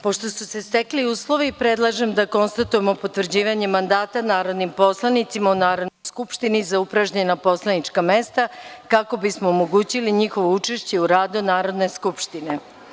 Pošto su se stekli uslovi, predlažem da konstatujemo potvrđivanje mandata narodnim poslanicima u Narodnoj skupštini za upražnjena poslanička mesta kako bismo omogućili njihovo učešće u radu Narodne skupštine.